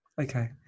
Okay